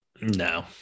No